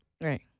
Right